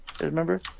remember